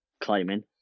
climbing